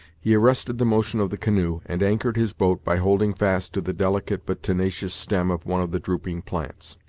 he arrested the motion of the canoe, and anchored his boat by holding fast to the delicate but tenacious stem of one of the drooping plants.